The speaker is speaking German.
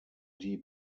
die